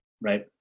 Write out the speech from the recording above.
right